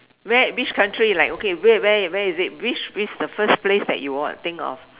where which country like okay where where where is it which which is the first place that you will think of